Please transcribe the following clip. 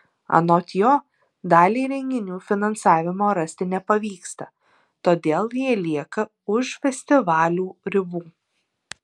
anot jo daliai renginių finansavimo rasti nepavyksta todėl jie lieka už festivalių ribų